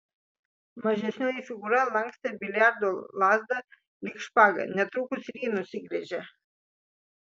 mažesnioji figūra lankstė biliardo lazdą lyg špagą netrukus ir ji nusigręžė